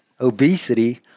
obesity